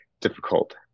difficult